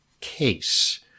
case